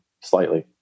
slightly